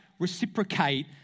reciprocate